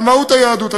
על מהות היהדות.